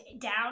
down